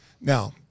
Now